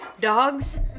Dogs